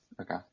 Okay